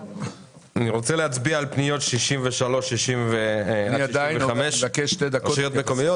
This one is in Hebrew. אני הייתי שואל את היועץ המשפטי של משרד